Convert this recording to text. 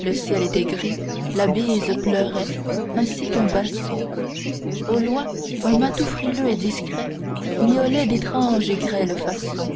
le ciel était gris la bise pleurait ainsi qu'un basson au loin un matou frileux et discret miaulait d'étrange et grêle façon